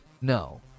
no